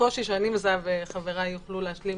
הקושי שאני מזהה וחבריי יוכלו להשלים,